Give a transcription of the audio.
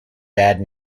bad